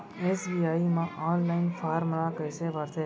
SBI म online form ल कइसे भरथे?